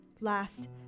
Last